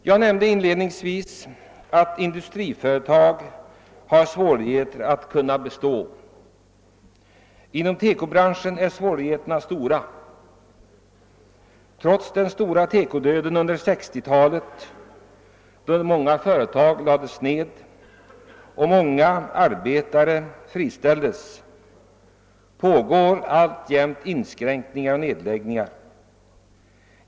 Jag nämnde inledningsvis att industriföretag har svårighet att bestå. Inom TEKO-branschen är svårigheterna särskilt stora. Trots den stora TEKO-döden under 1960-talet, då många företag lades ned och många arbetare friställdes, pågår alltjämt inskränkningar och nedläggningar.